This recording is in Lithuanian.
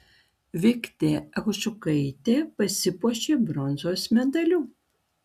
viktė ažukaitė pasipuošė bronzos medaliu